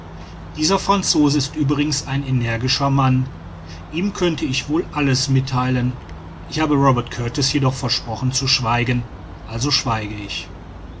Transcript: dieser franzose ist übrigens ein energischer mann ihm könnte ich wohl alles mittheilen ich habe robert kurtis jedoch versprochen zu schweigen also schweige ich